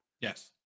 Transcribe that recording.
Yes